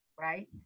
right